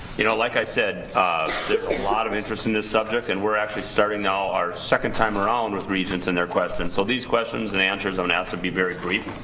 you know like i said a lot of interest in this subject and we're actually starting now our second time around with regents and their questions, so these questions and answers are now to be very brief,